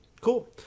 Cool